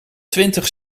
twintig